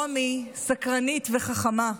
רומי סקרנית וחכמה,